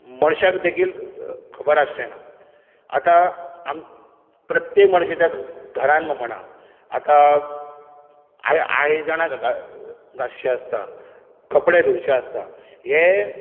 मनशाक देखील खबर आसचें ना आतां आम् प्रत्येक मनशाच्या घरांत म्हणा आतां आय आयदनां घांसचीं आसता कपडे धुंवचे आसता हें